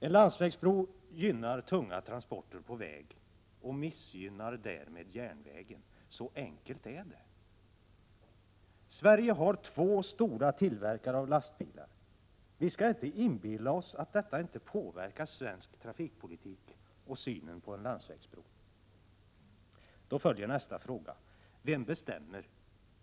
En landsvägsbro gynnar tunga transporter på väg och missgynnar därmed järnvägen. Så enkelt är det. Sverige har två stora tillverkare av lastbilar. Vi skall inte inbilla oss att detta inte påverkar svensk trafikpolitik och synen på en landsvägsbro. Då följer nästa fråga: Vem bestämmer?